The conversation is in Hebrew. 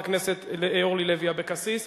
חברת הכנסת אורלי לוי אבקסיס.